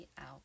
out